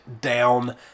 down